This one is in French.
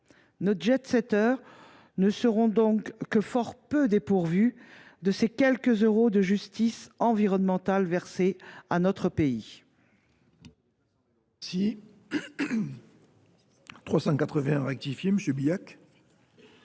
Nos jet setteurs ne seront donc que fort peu dépourvus de ces quelques euros de justice environnementale versés à notre pays.